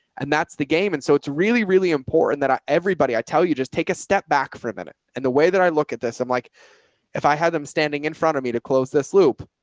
and that's the game. and so it's really, really important that everybody i tell you, just take a step back for a minute. and the way that i look at this, i'm like if i had them standing in front of me to close this loop,